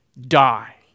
die